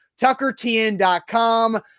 tuckertn.com